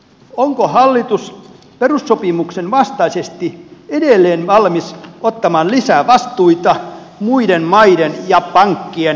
onko hallitus perussopimuksen vastaisesti edelleen valmis ottamaan lisää vastuita muiden maiden ja pankkien pelastamiseksi